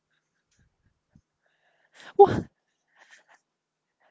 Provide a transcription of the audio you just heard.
!wah!